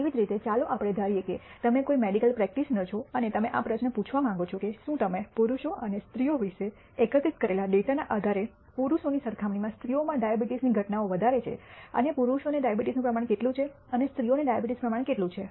તેવી જ રીતે ચાલો આપણે ધારીએ કે તમે કોઈ મેડિકલ પ્રેકટીશનર છો અને તમે આ પ્રશ્ન પૂછવા માંગો છો કે શું તમે પુરુષો અને સ્ત્રીઓ વિશે એકત્રિત કરેલા ડેટાના આધારે પુરુષોની સરખામણીમાં સ્ત્રીઓમાં ડાયાબિટીસની ઘટનાઓ વધારે છે અને પુરુષોને ડાયાબિટીસ પ્રમાણ કેટલું છે અને સ્ત્રીઓને ડાયાબિટીસ પ્રમાણ કેટલું છે